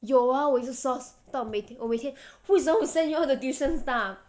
有 ah 我一直 source 到我每天 who is the one who send you all the tuition stuff